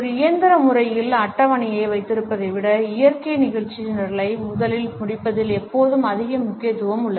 ஒரு இயந்திர முறையில் அட்டவணையை வைத்திருப்பதை விட இயற்கை நிகழ்ச்சி நிரலை முதலில் முடிப்பதில் எப்போதும் அதிக முக்கியத்துவம் உள்ளது